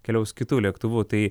keliaus kitu lėktuvu tai